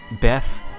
Beth